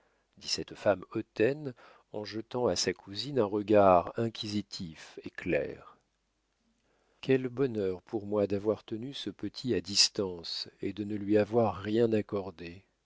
dit cette femme hautaine en jetant à sa cousine un regard inquisitif et clair quel bonheur pour moi d'avoir tenu ce petit à distance et de ne lui avoir rien accordé